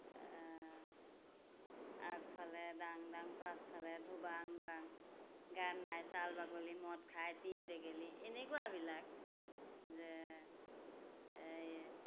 আগফালে ডাং ডাং পাছফালে ধুবাং বাং গাত নাই ছাল বাকলি মদ খাই তিনি টেকেলী এনেকুৱাবিলাক যে এই